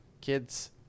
kids